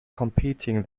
competing